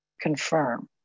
confirm